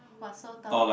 !wah! so tall